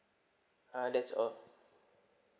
uh that's all